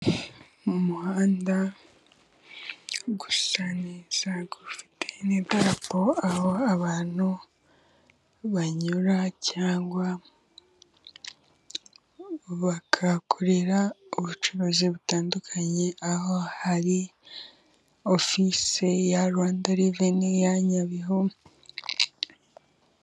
Mu muhanda hasa neza, ufite n'idarapo aho abantu banyura cyangwa bakahakorera ubucuruzi butandukanye, aho hari ofise ya Rwanda Reveni ya Nyabihu.